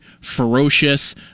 ferocious